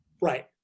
right